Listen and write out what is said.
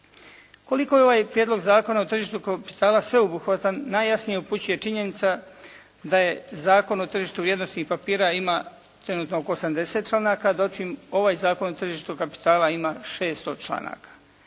Koliko je ovaj Prijedlog zakona o tržištu kapitala sveobuhvatan najjasnije upućuje činjenica da je Zakon o tržištu vrijednosnih papira ima trenutno oko 80 članaka, do čemu ovaj Zakon o tržištu kapitala ima 600 članaka.